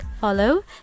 follow